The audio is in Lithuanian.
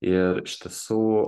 ir iš tiesų